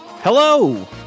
Hello